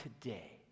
today